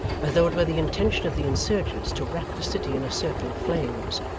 as though it were the intention of the insurgents to wrap the city in a circle of flames,